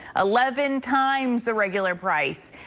eleven times the regular price.